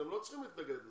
אתם לא צריכים להתנגד לזה,